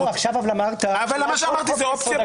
אמרתי עכשיו --- אבל מה שאמרתי זו אופציה ב'.